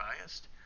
biased